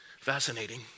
Fascinating